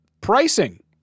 Pricing